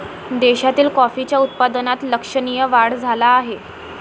देशातील कॉफीच्या उत्पादनात लक्षणीय वाढ झाला आहे